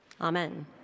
amen